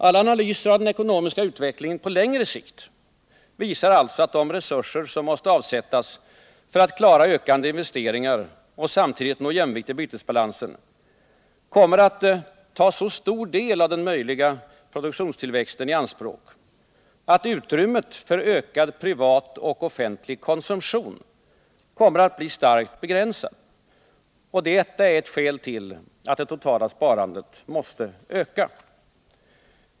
Alla analyser av den ekonomiska utvecklingen på längre sikt visar alltså att de resurser som måste avsättas för att klara ökande investeringar och samtidigt nå jämvikt i bytesbalansen kommer att ta så stor del av den möjliga produktionstillväxten i anspråk att utrymmet för ökad privat och offentlig konsumtion kommer att bli starkt begränsat. Detta är ett skäl till att det totala sparandet måste öka.